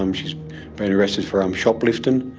um she's being arrested for um shoplifting.